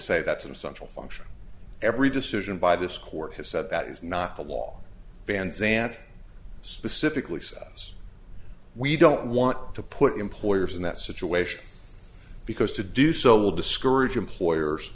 say that some central function every decision by this court has said that is not the law van zandt specifically says we don't want to put employers in that situation because to do so will discourage employers